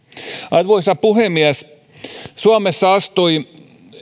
arvoisa puhemies suomessa astui